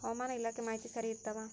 ಹವಾಮಾನ ಇಲಾಖೆ ಮಾಹಿತಿ ಸರಿ ಇರ್ತವ?